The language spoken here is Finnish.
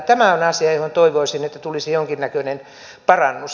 tämä on asia johon toivoisin että tulisi jonkinnäköinen parannus